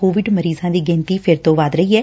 Covid ਮਰੀਜ਼ਾਂ ਦੀ ਗਿਣਤੀ ਫਿਰ ਤੋ ੱਵੱਧ ਰਹੀ ਐ